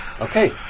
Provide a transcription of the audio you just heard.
Okay